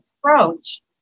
approach